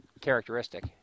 characteristic